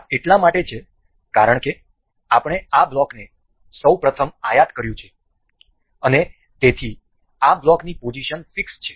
આ એટલા માટે છે કારણ કે આપણે આ બ્લોકને સૌ પ્રથમ આયાત કર્યું છે અને તેથી આ બ્લોકની પોઝિશન ફિક્સ છે